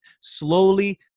slowly